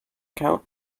account